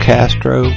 Castro